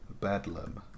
Bedlam